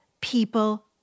people